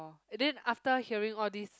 and then after hearing all these